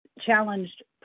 challenged